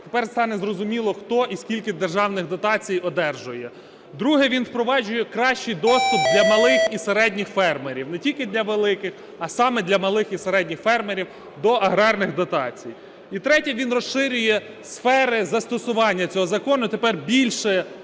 тепер стане зрозуміло, хто і скільки державних дотацій одержує. Друге. Він впроваджує кращий доступ для малих і середніх фермерів. Не тільки для великих, а саме для малих і середніх фермерів до аграрних дотацій. І третє. Він розширює сфери застосування цього закону, і тепер більше